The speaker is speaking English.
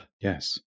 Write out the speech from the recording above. yes